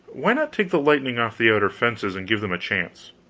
why not take the lightning off the outer fences, and give them a chance?